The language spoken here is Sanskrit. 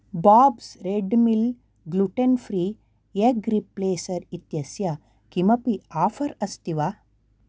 Bob's Red Mill gluten free egg replacer इत्यस्य किमपि आफ़र् अस्ति वा